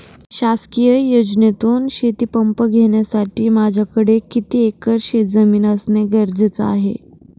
शासकीय योजनेतून शेतीपंप घेण्यासाठी माझ्याकडे किती एकर शेतजमीन असणे गरजेचे आहे?